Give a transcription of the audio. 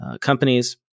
companies